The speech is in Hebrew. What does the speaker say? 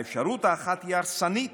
האפשרות האחת היא הרסנית,